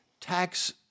tax